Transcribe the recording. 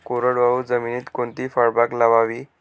कोरडवाहू जमिनीत कोणती फळबाग लावावी?